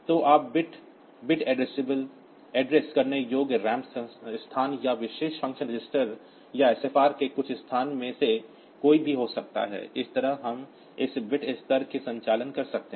तो bit bit address करने योग्य रैम स्थानों या विशेष फ़ंक्शन रजिस्टर या SFR के कुछ स्थान में से कोई भी हो सकता है इस तरह हम इस बिट स्तर के संचालन कर सकते हैं